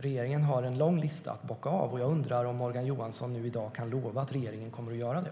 regeringen har en lång lista att bocka av. Jag undrar om Morgan Johansson i dag kan lova att regeringen kommer att göra det.